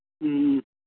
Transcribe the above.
ꯎꯝ